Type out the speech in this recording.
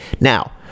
Now